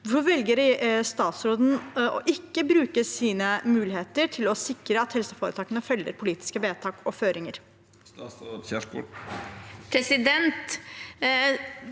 Hvorfor velger statsråden å ikke bruke sine muligheter til å sikre at helseforetakene følger politiske vedtak og føringer?» Statsråd